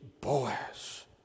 Boaz